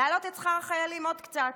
להעלות את שכר החיילים עוד קצת,